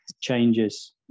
changes